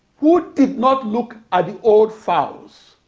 who did not look at the old fowls,